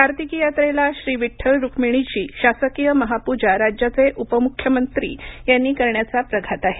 कार्तिकी यात्रेला श्री विड्ठल रुक्मिणी ची शासकीय महापूजा राज्याचे उपमुख्यमंत्री यांनी करण्याचा प्रघात आहे